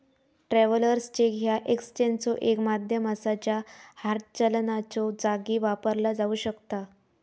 travellers cheque ह्या एक्सचेंजचो एक माध्यम असा ज्या हार्ड चलनाच्यो जागी वापरला जाऊ शकता